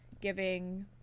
giving